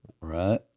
Right